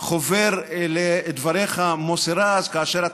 חובר אל דבריך, מוסי רז, ואתה